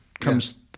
comes